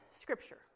Scripture